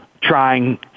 trying